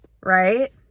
right